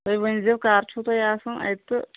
تُہۍ ؤنۍ زیو کَر چھُ تۄہہِ آسان اَتہِ تہٕ